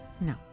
No